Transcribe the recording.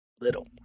Little